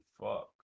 fuck